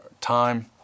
time